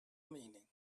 meaning